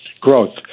growth